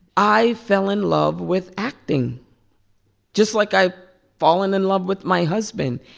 i fell in love with acting just like i've fallen in love with my husband.